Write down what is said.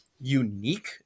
unique